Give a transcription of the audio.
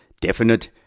definite